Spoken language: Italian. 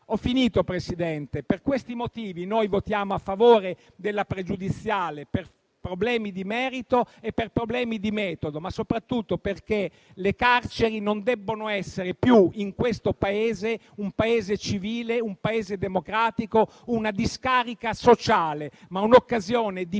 Ho finito, Presidente. Per questi motivi noi voteremo a favore della pregiudiziale, per problemi di merito e di metodo, ma soprattutto perché le carceri non siano più in questo Paese, che è un Paese civile e democratico, una discarica sociale, ma siano un'occasione di